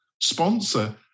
sponsor